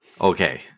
Okay